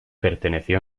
perteneció